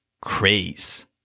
Craze